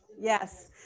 yes